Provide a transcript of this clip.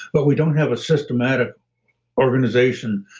but we don't have a systematic organization.